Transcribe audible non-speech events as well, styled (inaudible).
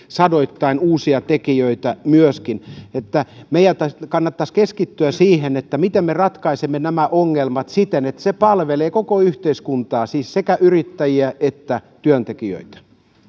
(unintelligible) sadoittain uusia tekijöitä myöskin eli meidän kannattaisi keskittyä siihen miten me ratkaisemme nämä ongelmat siten että se palvelee koko yhteiskuntaa siis sekä yrittäjiä että työntekijöitä